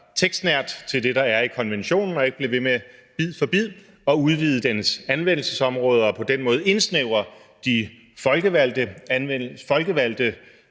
tekstnært til det, der er i konventionen, og ikke bliver ved med bid for bid at udvide dens anvendelsesområde og på den måde indsnævre de folkevalgte